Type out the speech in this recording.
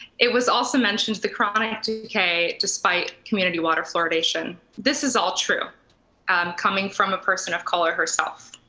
it was also mentioned the chronic decay despite community water fluoridation. this is all true coming from a person of color herself.